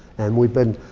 and we've been,